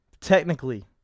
technically